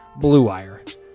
BLUEWIRE